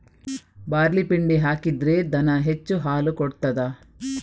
Barley ಪಿಂಡಿ ಹಾಕಿದ್ರೆ ದನ ಹೆಚ್ಚು ಹಾಲು ಕೊಡ್ತಾದ?